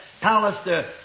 palace